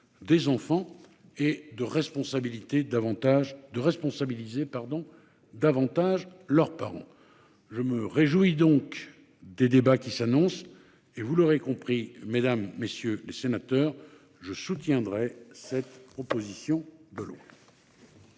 des enfants et de responsabiliser davantage leurs parents. Je me réjouis donc des débats qui s'annoncent et, vous l'aurez compris, mesdames, messieurs les sénateurs, je soutiendrai cette proposition de loi.